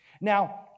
Now